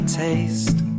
taste